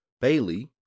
Bailey